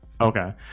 Okay